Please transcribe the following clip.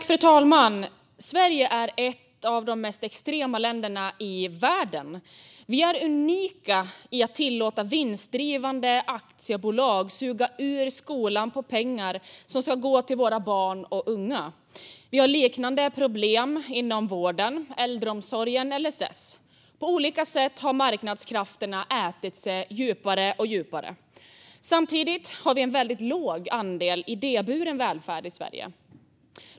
Fru talman! Sverige är ett av de mest extrema länderna i världen. Vi är unika när det gäller att tillåta vinstdrivande aktiebolag att suga ut pengar ur skolan som skulle ha gått till våra barn och unga. Vi har liknande problem inom vården, äldreomsorgen och LSS. På olika sätt har marknadskrafterna ätit sig djupare och djupare in. Samtidigt har vi en väldigt låg andel idéburen välfärd i Sverige.